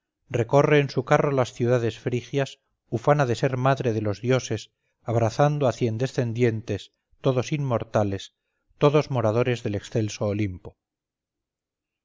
recorre en su carro las ciudades frigias ufana de ser madre de los dioses abrazando a cien descendientes todos inmortales todos moradores del excelso olimpo